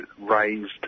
raised